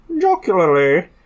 jocularly